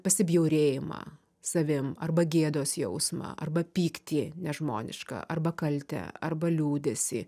pasibjaurėjimą savim arba gėdos jausmą arba pyktį nežmonišką arba kaltę arba liūdesį